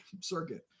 circuit